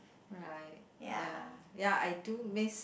not I ya ya I do miss